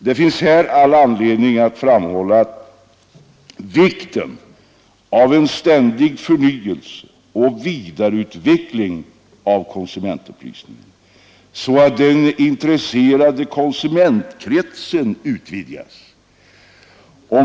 Det finns här all anledning att framhålla vikten av en ständig förnyelse och vidareutveckling av konsumentupplysningen så att den intresserade konsumentkretsen utvidgas.